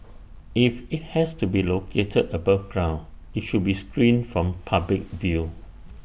if IT has to be located above ground IT should be screened from public view